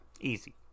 Easy